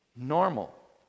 Normal